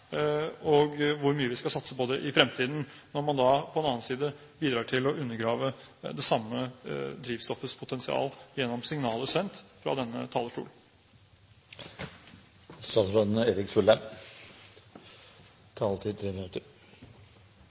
og hvor mye vi skal satse på det i fremtiden, når man på den andre siden bidrar til å undergrave det samme drivstoffets potensial gjennom signaler sendt fra denne